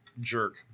jerk